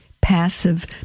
passive